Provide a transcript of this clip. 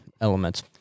elements